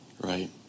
Right